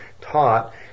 taught